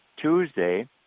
Tuesday